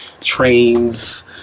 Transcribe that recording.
trains